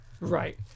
Right